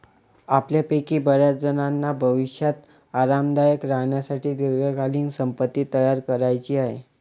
आपल्यापैकी बर्याचजणांना भविष्यात आरामदायक राहण्यासाठी दीर्घकालीन संपत्ती तयार करायची आहे